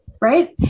right